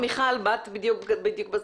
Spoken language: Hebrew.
מיכל, באת בזמן.